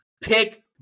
pick